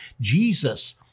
Jesus